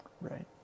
right